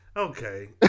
Okay